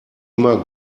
immer